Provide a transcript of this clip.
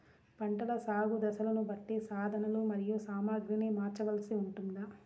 పంటల సాగు దశలను బట్టి సాధనలు మరియు సామాగ్రిని మార్చవలసి ఉంటుందా?